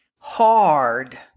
hard